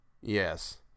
Yes